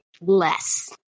less